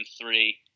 three